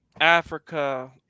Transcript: Africa